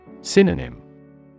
Synonym